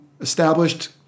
established